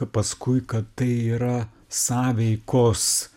paskui kad tai yra sąveikos